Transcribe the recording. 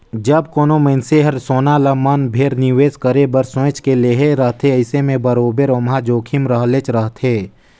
जब कोनो मइनसे हर सोना ल मन भेर निवेस करे बर सोंएच के लेहे रहथे अइसे में बरोबेर ओम्हां जोखिम रहले रहथे